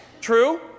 True